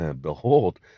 behold